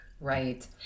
Right